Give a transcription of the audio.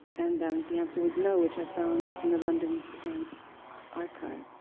and the answer was no, which i found in the london times archive.